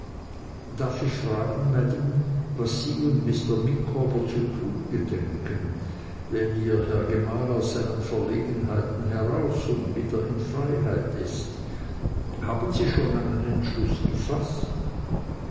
darf ich fragen maam was sie und mr micawber zu tun gedenken wenn ihr herr gemahl aus seinen verlegenheiten heraus und wieder in freiheit ist haben sie schon einen entschluß gefaßt